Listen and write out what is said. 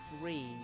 free